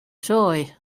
toy